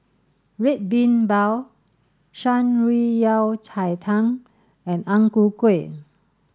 Red Bean Bao Shan Rui Yao Cai Tang and Ang Ku Kueh